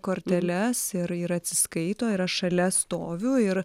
korteles ir ir atsiskaito ir aš šalia stoviu ir